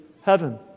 heaven